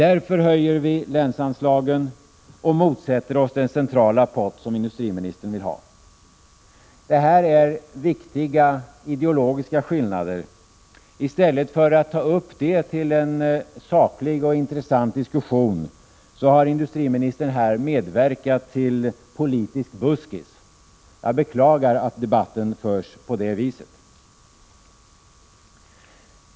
Därför vill vi höja länsanslagen och motsätter oss den centrala pott som industriministern vill ha. Det här är viktiga ideologiska skillnader. I stället för att ta upp dem till saklig och intressant diskussion har industriministern här medverkat till politisk buskis. Jag beklagar att debatten förs på det viset.